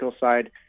side